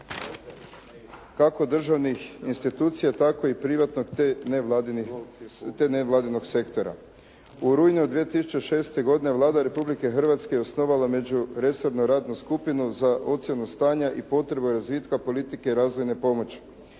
kako državnih institucija tako i privatnih te nevladinog sektora. U rujnu 2006. godine Vlada Republike Hrvatske je osnovala međuresornu radnu skupinu za ocjenu stanja i potreba razvitka politike i razvojne pomoći.